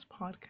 podcast